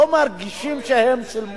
ולא מרגישים שהם שילמו.